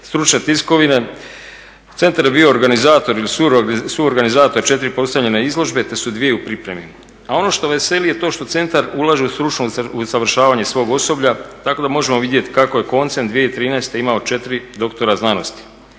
stručne tiskovine. Centar je bio organizator ili suorganizator 4 postavljene izložbe te su dvije u pripremi. A ono što veseli je to što centar ulaže u stručno usavršavanje svog osoblja tako da možemo vidjeti kako je koncem 2013. imao 4 doktora znanosti.